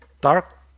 dark